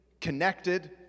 connected